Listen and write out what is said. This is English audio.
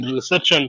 research